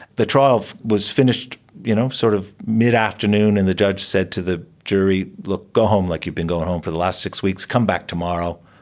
the trial was finished you know sort of mid-afternoon and the judge said to the jury, go home like you've been going home for the last six weeks, come back tomorrow,